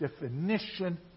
definition